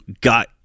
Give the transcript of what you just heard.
got